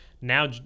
now